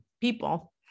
people